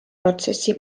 protsessi